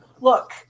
look